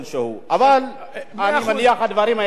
אני מניח, הדברים האלה יתבררו בנשיאות הכנסת.